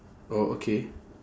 oh okay